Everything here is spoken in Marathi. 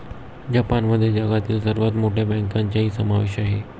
जपानमध्ये जगातील सर्वात मोठ्या बँकांचाही समावेश आहे